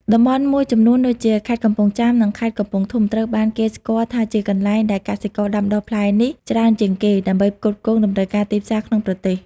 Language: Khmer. តំបន់មួយចំនួនដូចជា ខេត្តកំពង់ចាម និង ខេត្តកំពង់ធំ ត្រូវបានគេស្គាល់ថាជាកន្លែងដែលកសិករដាំដុះផ្លែនេះច្រើនជាងគេ ដើម្បីផ្គត់ផ្គង់តម្រូវការទីផ្សារក្នុងប្រទេស។